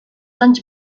anys